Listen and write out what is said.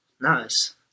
Nice